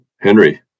Henry